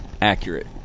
accurate